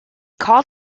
called